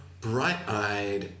bright-eyed